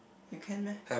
you can meh